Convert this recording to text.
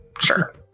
Sure